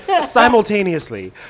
simultaneously